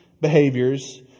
behaviors